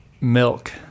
Milk